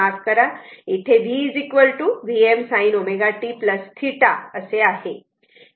माफ करा इथे v Vm sin ω t θ असे आहे